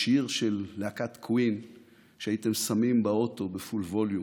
שיר של להקת קווין באוטו בפול ווליום,